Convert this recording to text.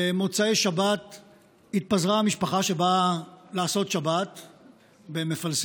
במוצאי שבת התפזרה המשפחה שבאה לעשות שבת במפלסים,